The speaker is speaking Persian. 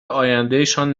آیندهشان